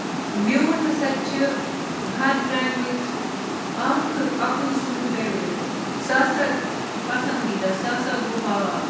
میون ہَسا چھِ ہر ٹایمٕچ اَکھٕ اَکُے سیُن فیورِٹ سُہ ہَسا پَسنٛدیٖدہ سُہ ہَسا گوٚو ہاکھ